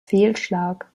fehlschlag